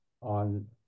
on